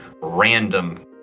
random